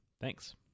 Thanks